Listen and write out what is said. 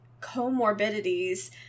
comorbidities